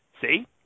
See